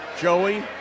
Joey